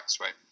right